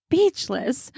Speechless